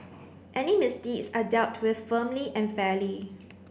any misdeeds are dealt with firmly and fairly